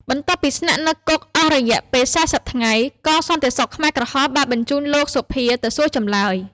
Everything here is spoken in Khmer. បន្ទាប់ពីស្នាក់នៅក្នុងគុកអស់រយៈពេល ៤០ ថ្ងៃ កងសន្តិសុខខ្មែរក្រហមបានបញ្ជូនលោក សូភា ទៅសួរចម្លើយ។